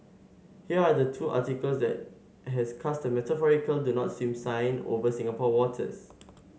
here are the two articles that has cast a metaphorical do not swim sign over Singapore waters